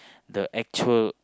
the actual